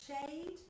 shade